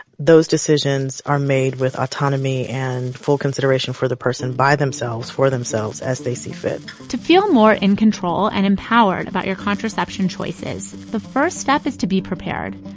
those decisions are made with autonomy and full consideration for the person by themselves for themselves as they see fit to feel more in control and empowered about your contraception choices, the first step is to be prepared.